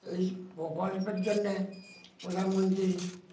এই প্রকল্পের জন্যে প্রধানমন্ত্রীর